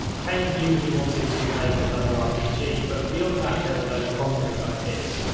cain knew he wanted to make another rpg, but beyond that there were no concrete ideas.